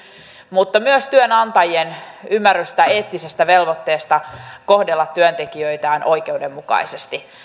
mutta myös työnantajien ymmärrystä eettisestä velvoitteesta kohdella työntekijöitään oikeudenmukaisesti